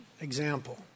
example